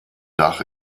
dach